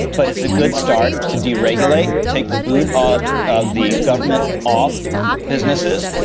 but it's a good start to deregulate, take the boot off of the government off businesses,